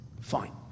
Fine